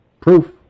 proof